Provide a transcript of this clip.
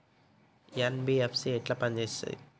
NBFC ఎట్ల పని చేత్తది?